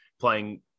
playing